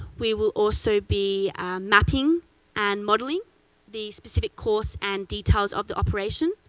we will also be mapping and modeling the specific course and details of the operation.